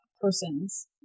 persons